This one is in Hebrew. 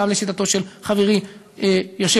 גם לשיטתו של חברי היושב-ראש.